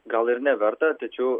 gal ir neverta tačiau